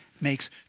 makes